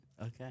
Okay